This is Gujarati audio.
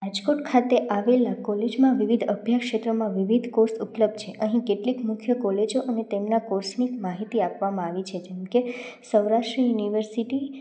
રાજકોટ ખાતે આવેલા કોલેજમાં વિવિધ અભ્યાસ ક્ષેત્રોમાં વિવિધ કોર્સ ઉપલબ્ધ છે અહીં કેટલીક મુખ્ય કોલેજો અને તેમના કોસ્મિક માહિતી આપવામાં આવી છે જેમ કે સૌરાષ્ટ્ર યુનિવર્સિટી